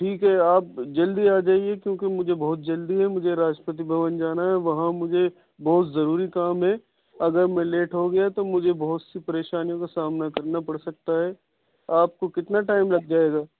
ٹھیک ہے آپ جلدی آجائیے کیونکہ مجھے بہت جلدی ہے مجھے راشٹرپتی بھون جانا ہے وہاں مجھے بہت ضروری کام ہے اگر میں لیٹ ہوگیا تو مجھے بہت سی پریشانیوں کا سامنا کرنا پڑ سکتا ہے آپ کو کتنا ٹائم لگ جائے گا